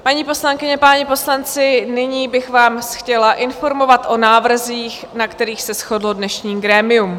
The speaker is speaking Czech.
Paní poslankyně, páni poslanci, nyní bych vás chtěla informovat o návrzích, na kterých se shodlo dnešní grémium.